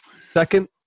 second